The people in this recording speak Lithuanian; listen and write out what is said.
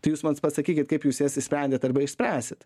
tai jūs man pasakykit kaip jūs jas išsprendėt arba išspręsit